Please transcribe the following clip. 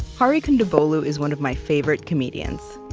hari kondabolu is one of my favorite comedians.